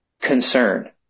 concern